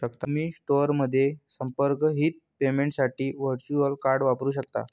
तुम्ही स्टोअरमध्ये संपर्करहित पेमेंटसाठी व्हर्च्युअल कार्ड वापरू शकता